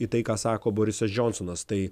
į tai ką sako borisas džonsonas tai